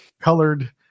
colored